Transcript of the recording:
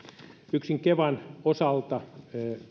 yksin kevan osalta